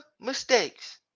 mistakes